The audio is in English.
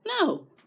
No